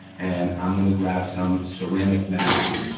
and i'm gonna grab some ceramic magnets,